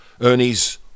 Ernie's